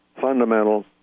fundamental